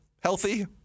healthy